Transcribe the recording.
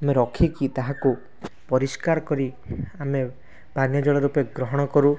ଆମେ ରଖିକି ତାହାକୁ ପରିଷ୍କାର କରି ଆମେ ପାନୀୟ ଜଳ ରୂପେ ଗ୍ରହଣ କରୁ